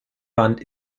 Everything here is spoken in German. wand